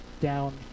down